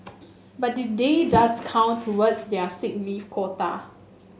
but the day does count towards their sick leave quota